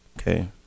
Okay